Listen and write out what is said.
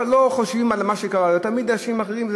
לא חושבים על מה שקרה, תמיד נאשים אחרים.